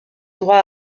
droit